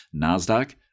NASDAQ